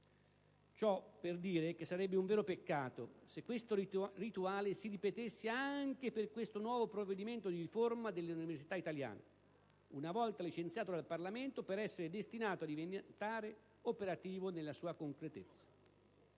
Sarebbe, quindi, un vero peccato se tale rituale si ripetesse anche per questo nuovo provvedimento di riforma dell'università italiana, una volta licenziato dal Parlamento per essere destinato a diventare operativo nella sua concretezza.